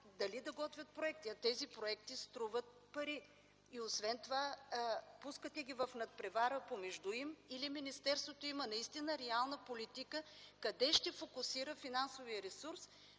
Дали да готвят проекти? А тези проекти струват пари. Освен това, пускате ги в надпревара помежду им или министерството има наистина реална политика, къде ще фокусира финансовият ресурс